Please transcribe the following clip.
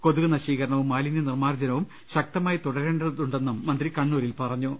കൊതുക് നശീകരണവും മാലിന്യ നിർമാർജ്ജനവും ശക്തമായി തുടരേണ്ടതുണ്ടെന്നും മന്ത്രി കണ്ണൂരിൽ പറഞ്ഞു